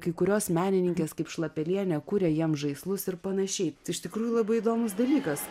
kai kurios menininkės kaip šlapelienė kuria jiem žaislus ir panašiai tai iš tikrųjų labai įdomus dalykas